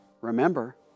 Remember